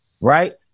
right